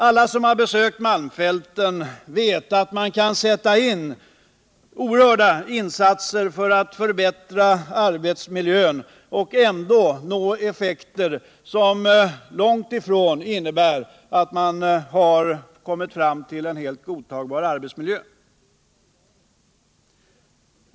Alla som har besökt malmfälten vet att man kan göra oerhörda insatser för att förbättra arbetsmiljön och ändå bara nå effekter som långt ifrån innebär att man kommer fram till en helt godtagbar arbetsmiljö.